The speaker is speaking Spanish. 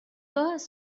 hojas